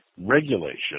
regulation